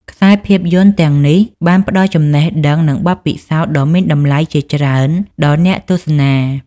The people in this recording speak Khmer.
ខ្សែភាពយន្តទាំងនេះបានផ្ដល់ចំណេះដឹង និងបទពិសោធន៍ដ៏មានតម្លៃជាច្រើនដល់អ្នកទស្សនា។